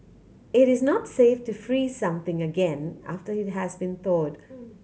it is not safe to freeze something again after it has been thawed